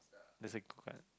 that's a good card